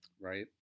right